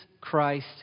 Christ